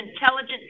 intelligent